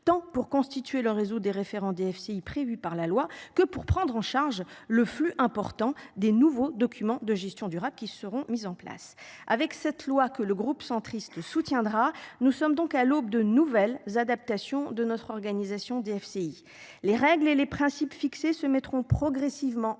temps pour constituer le réseau des référents DFCI prévu par la loi que pour prendre en charge le flux important des nouveaux documents de gestion durable qui seront mises en place avec cette loi, que le groupe centriste soutiendra. Nous sommes donc à l'aube de nouvelles adaptations de notre organisation DFCI les règles et les principes fixés se mettront progressivement en place